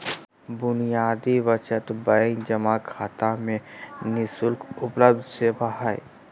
बुनियादी बचत बैंक जमा खाता में नि शुल्क उपलब्ध सेवा हइ